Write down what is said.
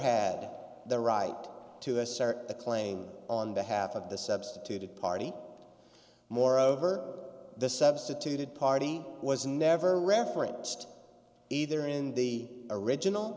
had the right to assert a claim on behalf of the substituted party moreover the substituted party was never referenced either in the original